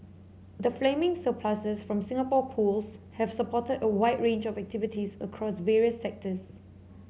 the gaming surpluses from Singapore Pools have supported a wide range of activities across various sectors